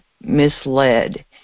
misled